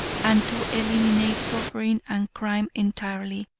and to eliminate suffering and crime entirely,